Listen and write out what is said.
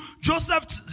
joseph